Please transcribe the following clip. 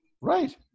Right